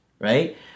right